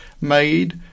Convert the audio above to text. made